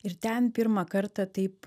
ir ten pirmą kartą taip